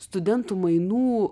studentų mainų